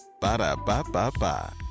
Ba-da-ba-ba-ba